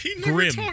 grim